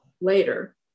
later